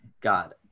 God